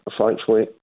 thankfully